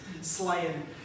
slaying